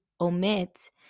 omit